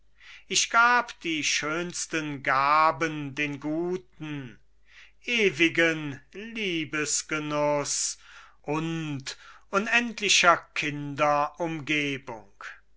ich gab die schönsten gaben den guten ewigen liebesgenuß und unendlicher kinder